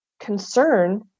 concern